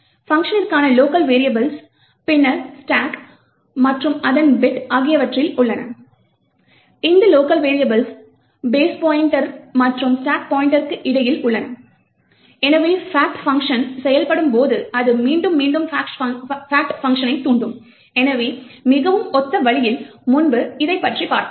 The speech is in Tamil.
பங்க்ஷனிற்கான லோக்கல் வெரியபிள்ஸ் பின்னர் ஸ்டேக் மற்றும் அதன் பிட் ஆகியவற்றில் உள்ளன இந்த லோக்கல் வெரியபிள்ஸ் பேஸ் பாய்ண்ட்டர் மற்றும் ஸ்டாக் பாய்ண்ட்டர்க்கு இடையில் உள்ளன எனவே fact பங்ஷன் செயல்படும் போது அது மீண்டும் மீண்டும் fact பங்க்ஷனைத் தூண்டும் எனவே மிகவும் ஒத்த வழியில் முன்பு இதை பற்றி பார்த்தோம்